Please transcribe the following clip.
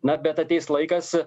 na bet ateis laikas